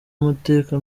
amateka